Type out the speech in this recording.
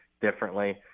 differently